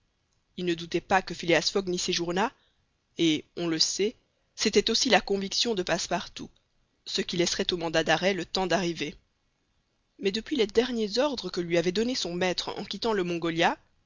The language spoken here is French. il ne doutait pas que phileas fogg n'y séjournât et on le sait c'était aussi la conviction de passepartout ce qui laisserait au mandat d'arrêt le temps d'arriver mais depuis les derniers ordres que lui avait donnés son maître en quittant le mongolia